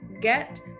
get